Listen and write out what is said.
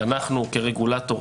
ואנחנו כרגולטור,